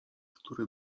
który